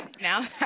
now